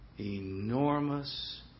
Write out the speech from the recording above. enormous